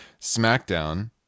SmackDown